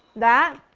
that